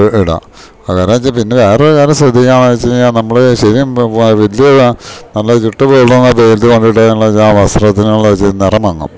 ഇടാം വേറെച്ചാ പിന്നെ വേറെ വേറൊരു കാര്യം ശ്രദ്ധിക്കാന്ന് വെച്ച് കഴിഞ്ഞാ നമ്മള് ശെരിക്കും വല്യ നല്ല ചുട്ടു പൊള്ളുന്ന വെയിലത്ത് കൊണ്ട് ഇട്ട് കഴിഞ്ഞിണ്ട്ച്ചാ വസ്ത്രത്തിന് എന്താച്ചാ ഇച്ചരെ നെറമങ്ങും